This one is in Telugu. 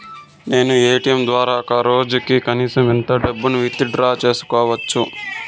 నేను ఎ.టి.ఎం ద్వారా ఒక రోజుకి కనీసం ఎంత డబ్బును విత్ డ్రా సేసుకోవచ్చు?